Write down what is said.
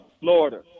Florida